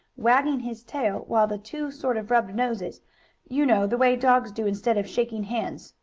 wagging his tail, while the two sort of rubbed noses you know the way dogs do instead of shaking hands,